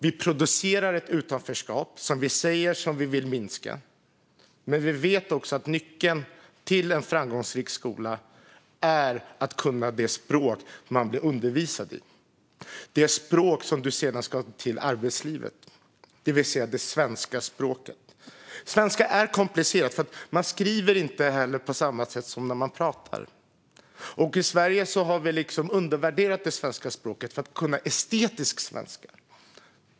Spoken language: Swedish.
Vi producerar ett utanförskap - det vi säger att vi vill minska. Men vi vet också att nyckeln till en framgångsrik skolgång är att kunna det språk man blir undervisad på och som sedan ska användas i arbetslivet, det vill säga det svenska språket. Svenska är komplicerat. Man skriver inte på samma sätt som när man pratar. Och i Sverige har vi undervärderat det svenska språket - att kunna estetisk svenska.